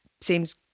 seems